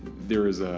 there is